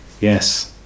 Yes